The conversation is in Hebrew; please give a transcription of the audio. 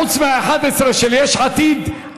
חוץ מה-11 של יש עתיד,